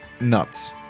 Nuts